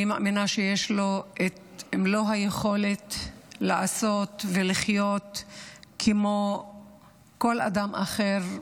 אני מאמינה שיש לו את מלוא היכולת לעשות ולחיות כמו כל אדם אחר,